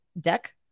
Deck